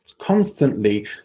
constantly